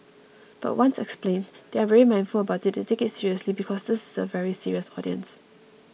but once explained they are very mindful about it they take it seriously because this is a very serious audience